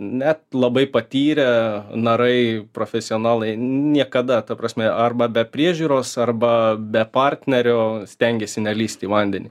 net labai patyrę narai profesionalai niekada ta prasme arba be priežiūros arba be partnerio stengiasi nelįst į vandenį